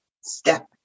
step